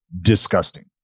disgusting